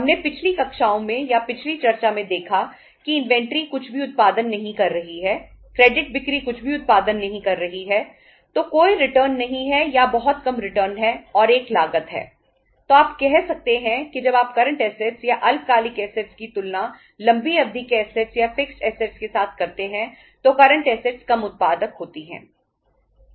हमने पिछली कक्षाओं में या पिछली चर्चा में देखा है कि इन्वेंट्री कम उत्पादक होती है